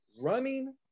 Running